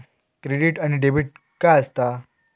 Credit आणि debit काय असता?